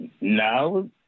No